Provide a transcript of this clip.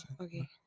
Okay